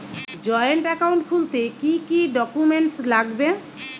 Joint account খুলতে কি কি ডকুমেন্টস লাগবে?